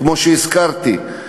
כמו שהזכרתי,